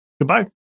Goodbye